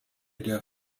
der